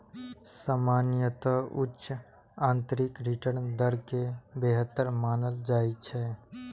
सामान्यतः उच्च आंतरिक रिटर्न दर कें बेहतर मानल जाइ छै